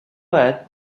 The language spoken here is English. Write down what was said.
ahead